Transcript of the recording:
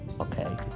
Okay